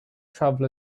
travel